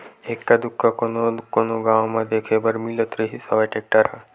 एक्का दूक्का कोनो कोनो गाँव म देखे बर मिलत रिहिस हवय टेक्टर ह